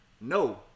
no